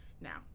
now